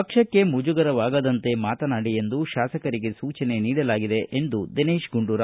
ಪಕ್ಷಕ್ಕೆ ಮುಜುಗರವಾಗದಂತೆ ಮಾತನಾಡಿ ಎಂದು ಶಾಸಕರಿಗೆ ಸೂಚನೆ ನೀಡಲಾಗಿದೆ ಎಂದರು